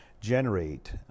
generate